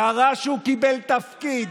קרה שהוא קיבל תפקיד.